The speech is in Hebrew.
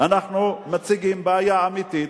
אנחנו מציגים בעיה אמיתית,